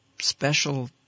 special